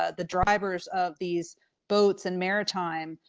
ah the drivers of these boats and maritime